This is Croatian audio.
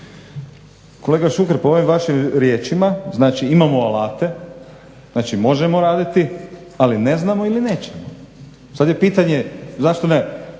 Kolega Šuker, po ovim vašim riječima, znači imamo alate, znači možemo raditi ali ne znamo ili nećemo. Sad je pitanje zašto ne?